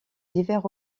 divers